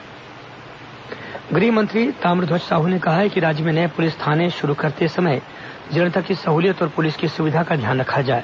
गृह मंत्री बैठक गृह मंत्री ताप्रध्वज साहू ने कहा है कि राज्य में नये पुलिस थाना प्रारंभ करते समय जनता की सहूलियत और पुलिस की सुविधा का ध्यान रखा जाए